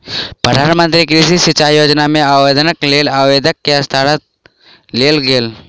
प्रधान मंत्री कृषि सिचाई योजना मे आवेदनक लेल आवेदक के हस्ताक्षर लेल गेल